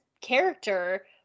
character